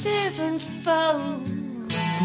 Sevenfold